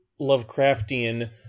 Lovecraftian